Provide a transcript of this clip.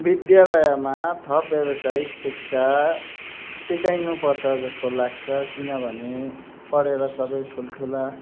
विद्यालयमा थप व्यवसायिक शिक्षा सिकाइनु पर्छ जस्तो लाग्छ किनभने पढेर सबै ठुल ठुला